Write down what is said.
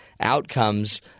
outcomes